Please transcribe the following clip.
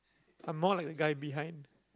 a more like the guy behind